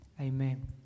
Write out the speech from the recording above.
Amen